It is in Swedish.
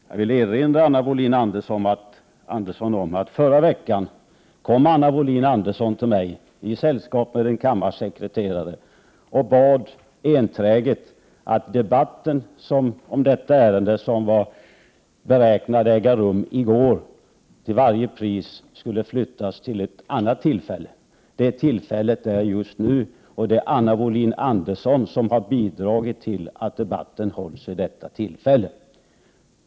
Jag vill erinra om att förra veckan kom Anna Wohlin-Andersson till mig, i sällskap med en kammarsekreterare, och bad enträget att debatten i detta ärende, som var beräknad att äga rum i går, till varje pris skulle flyttas till ett annat tillfälle. Det tillfället är just nu, och det är Anna Wohlin-Andersson som har bidragit till att debatten hålls vid detta tillfälle.